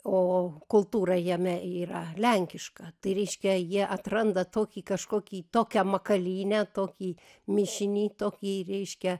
o kultūra jame yra lenkiška tai reiškia jie atranda tokį kažkokį tokią makalynę tokį mišinį tokį reiškia